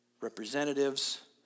Representatives